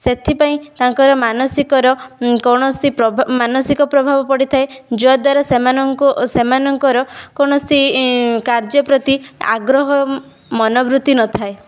ସେଥିପାଇଁ ତାଙ୍କର ମାନସିକର କୌଣସି ପ୍ରଭା ମାନସିକ ପ୍ରଭାବ ପଡ଼ିଥାଏ ଯଦ୍ଵାରା ସେମାନଙ୍କୁ ସେମାନଙ୍କର କୌଣସି କାର୍ଯ୍ୟ ପ୍ରତି ଆଗ୍ରହ ମନୋବୃତ୍ତି ନଥାଏ